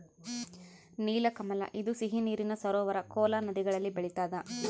ನೀಲಕಮಲ ಇದು ಸಿಹಿ ನೀರಿನ ಸರೋವರ ಕೋಲಾ ನದಿಗಳಲ್ಲಿ ಬೆಳಿತಾದ